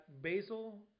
basil